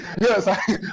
Yes